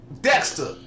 Dexter